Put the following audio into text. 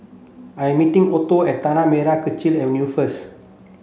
I'm meeting Otho at Tanah Merah Kechil Avenue first